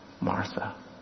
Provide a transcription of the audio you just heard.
Martha